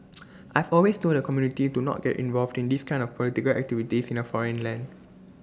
I've always told the community to not get involved in these kinds of political activities in A foreign land